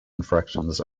infections